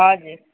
हजुर